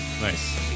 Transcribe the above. Nice